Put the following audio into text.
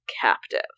captive